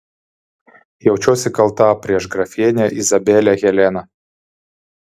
jaučiuosi kalta prieš grafienę izabelę heleną